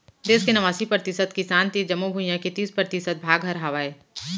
देस के नवासी परतिसत किसान तीर जमो भुइयां के तीस परतिसत भाग हर हावय